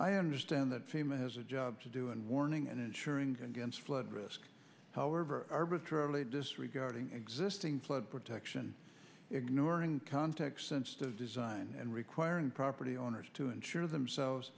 i understand that fame is a job to do and warning and insuring against flood risk however arbitrarily disregarding existing flood protection ignoring context sensitive design and requiring property owners to insure themselves